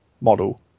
model